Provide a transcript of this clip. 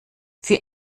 für